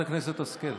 השכל,